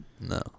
No